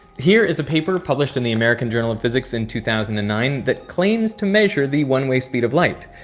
here is a paper published in the american journal of physics in two thousand and nine that claims to measure the one-way speed of light.